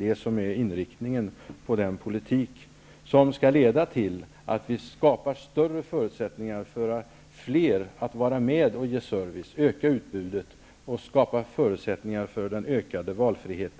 Det är inriktningen på vår politik, som skall leda till att vi skapar förutsättningar för fler att vara med och ge service och öka utbudet, att vi skapar förutsättningar för en ökad valfrihet,